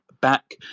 back